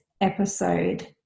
episode